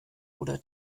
oder